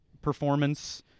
performance